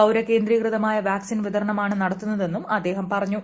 പൌരകേന്ദ്രീ കൃതമായ വാക്സിൻ വിതരണമാണ് നടത്തുന്ന തെന്നും അദ്ദേഹം പറഞ്ഞു